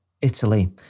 Italy